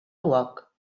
uoc